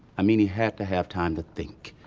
i mean he had to have time to think.